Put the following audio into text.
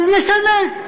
אז נשנה.